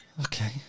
Okay